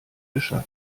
bescheid